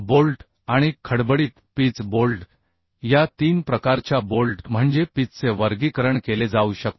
bolt आणि खडबडीत pitch bolt या तीन प्रकारच्या बोल्ट म्हणजे पिचचे वर्गीकरण केले जाऊ शकते